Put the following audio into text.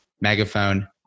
Megaphone